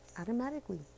automatically